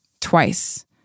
twice